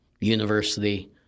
university